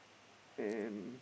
and